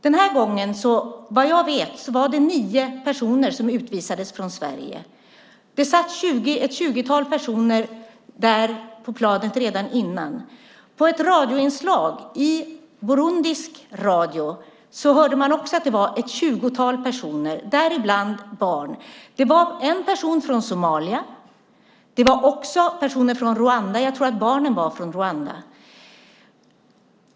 Den här gången var det, vad jag vet, nio personer som utvisades från Sverige. Det satt ett tjugotal personer på planet redan innan. I ett radioinslag, i burundisk radio, hörde man också att det var ett tjugotal personer, däribland barn. Det var en person från Somalia. Det var också personer från Rwanda. Jag tror att barnen var från Rwanda.